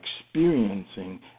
experiencing